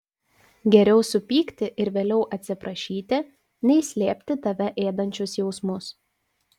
geriau supykti ir vėliau atsiprašyti nei slėpti tave ėdančius jausmus